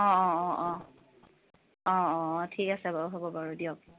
অঁ অঁ অঁ অঁ অঁ অঁ ঠিক আছে বাৰু হ'ব বাৰু দিয়ক